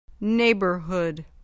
neighborhood